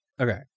okay